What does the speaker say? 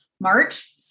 March